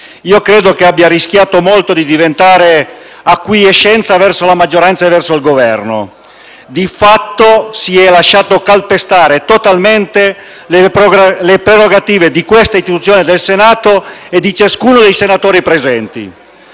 credo abbia rischiato molto di diventare acquiescenza verso la maggioranza e il Governo. Di fatto si sono lasciate calpestare totalmente le prerogative dell'Istituzione, del Senato e di ciascuno dei senatori presenti.